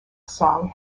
song